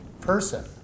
person